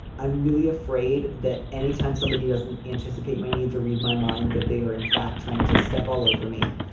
i'm really afraid that anytime somebody doesn't anticipate my needs or read my mind, that they are in fact trying to step all over me.